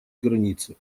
границе